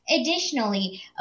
Additionally